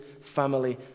family